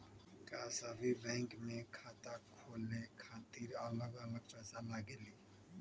का सभी बैंक में खाता खोले खातीर अलग अलग पैसा लगेलि?